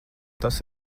tas